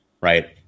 Right